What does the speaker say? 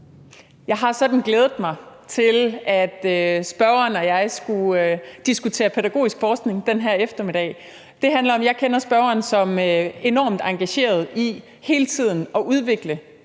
Jeg har sådan glædet mig til, at spørgeren og jeg skulle diskutere pædagogisk forskning den her eftermiddag. Det handler om, at jeg kender spørgeren som enormt engageret i hele tiden at udvikle